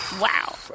Wow